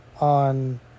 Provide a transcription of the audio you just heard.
on